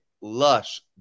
lush